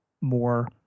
more